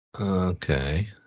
Okay